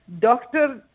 doctor